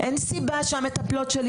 אין סיבה שהמטפלות שלי,